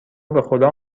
بخدا